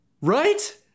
Right